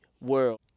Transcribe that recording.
World